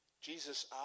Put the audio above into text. Jesus